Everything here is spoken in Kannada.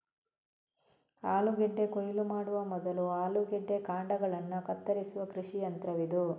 ಆಲೂಗೆಡ್ಡೆ ಕೊಯ್ಲು ಮಾಡುವ ಮೊದಲು ಆಲೂಗೆಡ್ಡೆ ಕಾಂಡಗಳನ್ನ ಕತ್ತರಿಸುವ ಕೃಷಿ ಯಂತ್ರವಿದು